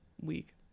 week